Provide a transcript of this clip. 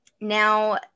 Now